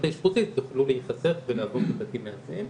האשפוזית יוכלו להיחסך ולעבור לבתים מאזנים,